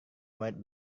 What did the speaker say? murid